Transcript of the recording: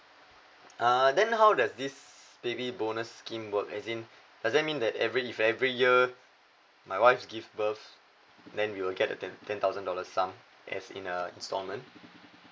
uh then how does this baby bonus scheme work as in does that mean that every if every year my wife give birth then we will get the ten ten thousand dollars sum as in a installment